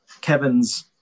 Kevin's